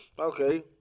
okay